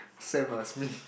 same as me